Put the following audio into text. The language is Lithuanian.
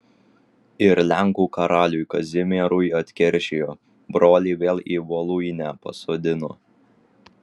ir lenkų karaliui kazimierui atkeršijo brolį vėl į voluinę pasodino